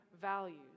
values